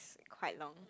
quite long